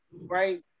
right